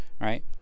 right